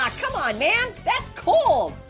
ah come on man. that's cold.